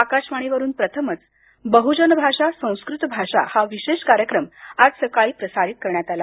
आकाशवाणीवरून प्रथमच बहुजन भाषा संस्कृत भाषा हा विशेष कार्यक्रम आज सकाळी प्रसारित करण्यात आला